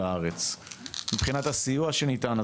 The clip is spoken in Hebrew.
מבחינת הסיוע שניתן,